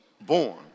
born